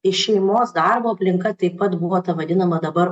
iš šeimos darbo aplinka taip pat buvo ta vadinama dabar